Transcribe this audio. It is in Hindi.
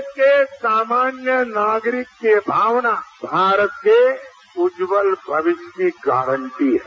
देश के सामान्य नागरिक की भावना भारत के उज्जवल भविष्य की गारंटी है